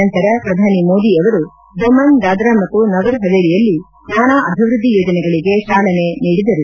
ನಂತರ ಪ್ರಧಾನಿ ಮೋದಿ ಅವರು ದಮನ್ ದಾದ್ರ ಮತ್ತು ನಗರ್ ಹವೇಲಿಯಲ್ಲಿ ನಾನಾ ಅಭಿವೃದ್ದಿ ಯೋಜನೆಗಳಿಗೆ ಚಾಲನೆ ನೀಡಿದರು